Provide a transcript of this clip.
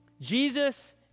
Jesus